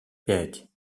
пять